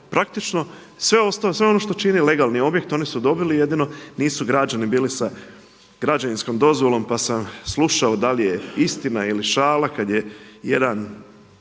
praktično sve ono što čini legalni objekt oni su dobili, jedino nisu građani bili sa građevinskom dozvolom pa sam slušao da li je istina ili šala kad je jedan